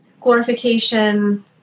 glorification